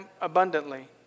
abundantly